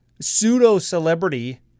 Pseudo-celebrity